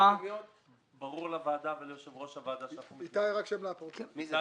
ברור לוועדה וליושב ראש הוועדה שאנחנו